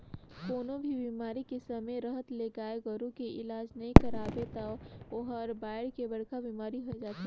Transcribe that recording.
कोनों भी बेमारी के समे रहत ले गाय गोरु के इलाज नइ करवाबे त ओहर बायढ़ के बड़खा बेमारी होय जाथे